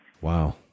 Wow